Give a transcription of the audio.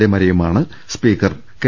എമാരെയുമാണ് speaker K